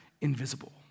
invisible